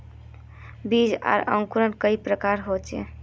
बीज आर अंकूर कई प्रकार होचे?